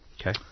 Okay